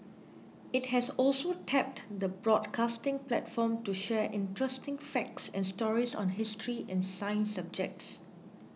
it has also tapped the broadcasting platform to share interesting facts and stories on history and science subjects